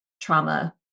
trauma